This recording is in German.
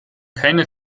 keine